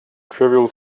trivial